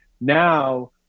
Now